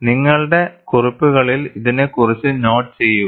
നിങ്ങളുടെ കുറിപ്പുകളിൽ ഇതിനെക്കുറിച്ച് നോട്ട് ചെയ്യുക